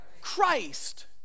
Christ